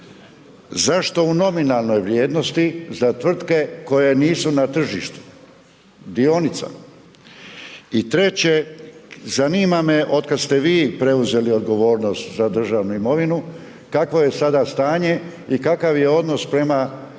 zašto u nominalnoj vrijednosti za tvrtke koje nisu na tržištu dionica? I treće, zanima me, otkad ste vi preuzeli odgovornost za državnu imovinu, kakvo je sada stanje i kakav je odnos prema